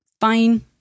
fine